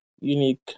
unique